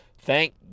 Thank